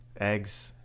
eggs